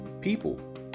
people